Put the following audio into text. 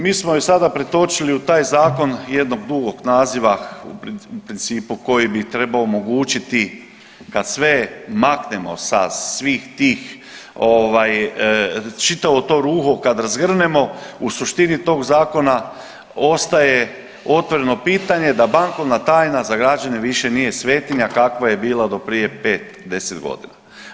Mi smo je sada pretočili u taj zakon jednog dugog naziva u principu koji bi trebao omogućiti kad sve maknemo sa svih tih, čitavo to ruho kad razgrnemo u suštini tog zakona ostaje otvoreno pitanje da bankovna tajna za građane više nije svetinja kakva je bila do prije pet, deset godina.